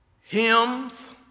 hymns